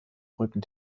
rücken